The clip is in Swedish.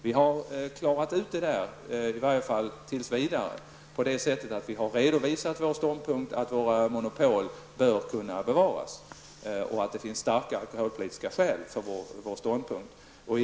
Detta har vi i varje fall tills vidare klarat ut genom en redovisning av vår ståndpunkt, nämligen att våra monopol bör kunna bevaras. Det finns också starka alkoholpolitiska skäl för denna ståndpunkt.